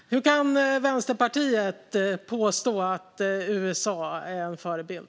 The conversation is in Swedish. Hur kan Vänsterpartiet påstå att USA är en förebild?